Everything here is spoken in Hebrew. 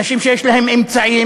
אנשים שיש להם אמצעים.